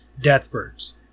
Deathbirds